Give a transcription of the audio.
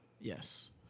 yes